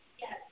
Yes